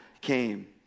came